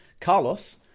Carlos